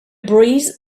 breeze